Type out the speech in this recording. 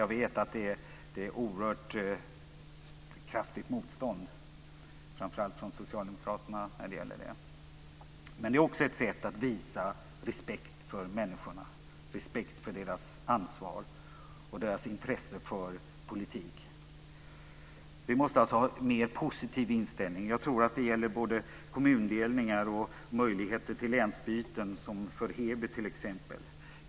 Jag vet att det finns ett oerhört kraftigt motstånd mot det, framför allt från Socialdemokraterna, men det är också ett sätt att visa respekt för människorna och respekt för deras ansvar och intresse för politik. Vi måste alltså ha en lite mer positiv inställning. Jag tror att det gäller både kommundelningar och möjligheter till länsbyten, som för Heby t.ex.